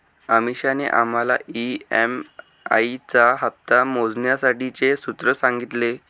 अमीषाने आम्हाला ई.एम.आई चा हप्ता मोजण्यासाठीचे सूत्र सांगितले